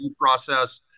process